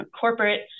corporate